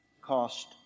cost